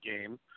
game